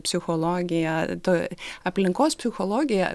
psichologiją to aplinkos psichologija